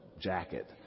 jacket